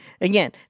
again